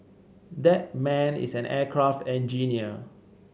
that man is an aircraft engineer